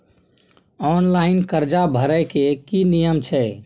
Online कर्जा भरै के की नियम छै?